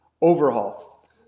overhaul